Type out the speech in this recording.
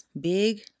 big